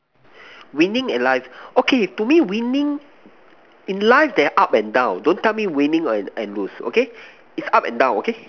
winning in life okay to me winning in life there are up and down don't tell me winning and and lose okay is up and down okay